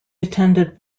attended